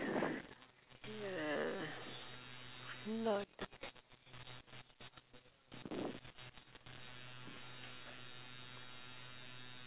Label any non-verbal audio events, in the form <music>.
<noise>